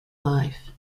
life